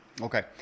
okay